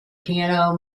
piano